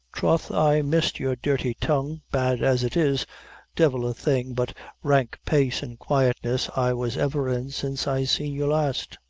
troth i missed your dirty tongue, bad as it is divil a thing but rank pace and quietness i was ever in since i seen you last.